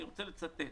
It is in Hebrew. אני רוצה לצטט: